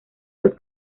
los